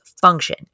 function